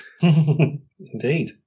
indeed